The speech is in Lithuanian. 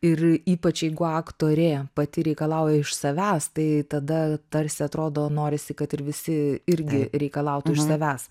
ir ypač jeigu aktorė pati reikalauja iš savęs tai tada tarsi atrodo norisi kad ir visi irgi reikalautų iš savęs